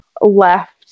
left